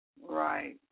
Right